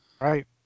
Right